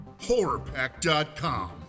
HorrorPack.com